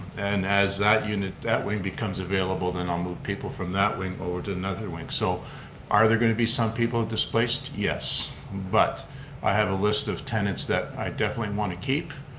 and as that you know that wing becomes available, then i'll move people from that wing over to another wing so are there going to be some people displaced? yes but i have a list of tenants that i definitely want to keep.